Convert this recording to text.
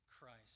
Christ